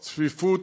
על הצפיפות